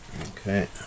Okay